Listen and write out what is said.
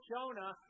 Jonah